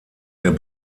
der